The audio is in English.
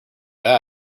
think